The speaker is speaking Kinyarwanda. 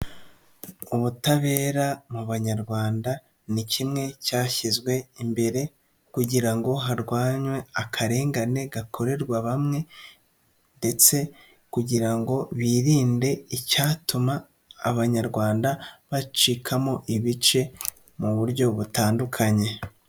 Ubutabera mu banyarwanda ni kimwe cyashyizwe imbere kugira ngo harwanywe akarengane gakorerwa bamwe ndetse kugira ngo birinde icyatuma abanyarwanda bacikamo ibice mu buryo butandukanye.